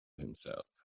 himself